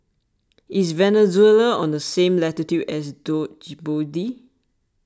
is Venezuela on the same latitude as Djibouti